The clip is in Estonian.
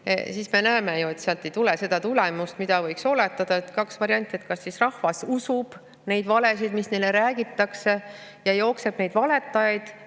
siis me näeme ju, et sealt ei tule seda tulemust, mida võiks oletada. On kaks varianti: kas rahvas usub neid valesid, mida neile räägitakse, ja jookseb valetajaid